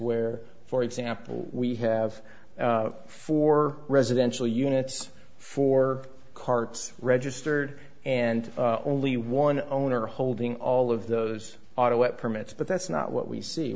where for example we have four residential units for carts registered and only one owner holding all of those are what permits but that's not what we see